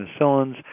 penicillins